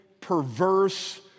perverse